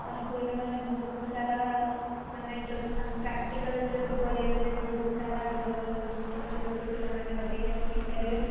ଆଉ ସ୍କୁଲ୍ରେ ମାନେ ବହୁତ ସାରା ମାନେ ଯଦି ଆମେ ପ୍ରାକ୍ଟିକାଲ୍ ଯଦି କରିବାକୁ ଚାହିଁବୁ ବହୁତ ସାରା ଭଲ ଭଲ ଜିନିଷ ଅଛି ଯୋଉଥିରୁ ପିଲାମାନେ ଅଧିକା ଶିଖି ପାରିବେ